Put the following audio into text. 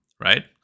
right